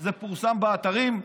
זה פורסם באתרים.